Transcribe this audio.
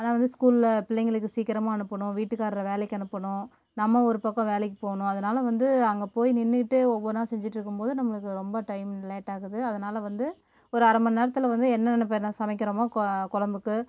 ஆனால் வந்து ஸ்கூலில் பிள்ளைகளுக்கு சீக்கிரமாக அனுப்புனும் வீட்டுக்கார்ரை வேலைக்கு அனுப்பனும் நம்ம ஒரு பக்கம் வேலைக்கு போகணும் அதனால் வந்து அங்கே போய் நின்றுகிட்டு ஒவ்வொன்னாக செஞ்சிகிட்டு இருக்கும் போது நம்முளுக்கு ரொம்ப டைம் லேட் ஆகுது அதனால் வந்து ஒரு அரை மண்நேரத்தில் வந்து என்னென்ன சமைக்கிறோமோ கோ குழம்புக்கு